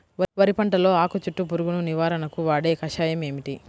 వరి పంటలో ఆకు చుట్టూ పురుగును నివారణకు వాడే కషాయం ఏమిటి?